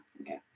okay